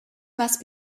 must